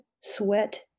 sweat